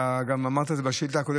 אתה אמרת את זה גם בשאילתה הקודמת,